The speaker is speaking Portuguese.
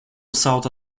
salta